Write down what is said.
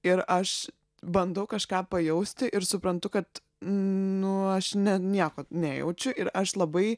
ir aš bandau kažką pajausti ir suprantu kad nu aš ne nieko nejaučiu ir aš labai